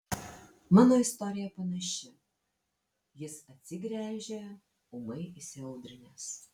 mano istorija panaši jis atsigręžė ūmai įsiaudrinęs